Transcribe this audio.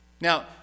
Now